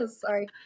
Sorry